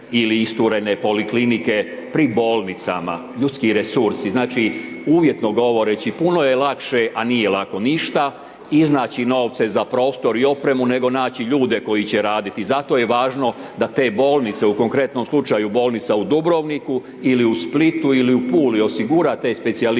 ili isturene poliklinike pri bolnicama, ljudski resursi, znači uvjetno govoreći puno je lakše, a nije lako ništa, iznaći novce za prostor i opremu nego naći ljude koji će raditi, zato je važno da te bolnice u konkretnom slučaju bolnica u Dubrovniku ili u Splitu ili u Puli, osigura te specijaliste